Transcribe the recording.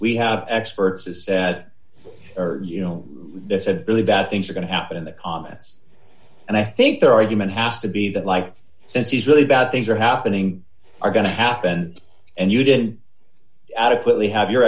we have experts is that are you know they said really bad things are going to happen in the comments and i think their argument has to be that like he says he's really bad things are happening are going to happen and you didn't adequately have your